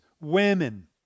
women